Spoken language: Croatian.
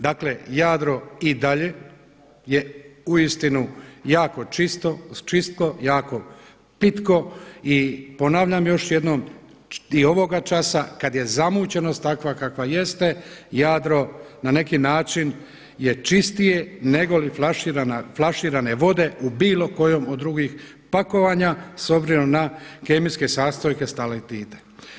Dakle Jadro i dalje je uistinu jako čisto, jako pitko i ponavljam još jednom i ovoga časa kada je zamućenost takva kakva jeste Jadro na neki način je čistije negoli flaširana vode u bilo kojem od drugih pakovanja s obzirom na kemijske sastojke stalaktite.